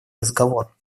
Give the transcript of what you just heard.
разговор